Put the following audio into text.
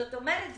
זאת אומרת,